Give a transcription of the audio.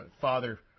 father